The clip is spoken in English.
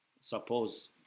suppose